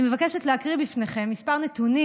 אני מבקשת להקריא בפניכם כמה נתונים